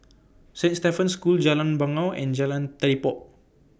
Saint Stephen's School Jalan Bangau and Jalan Telipok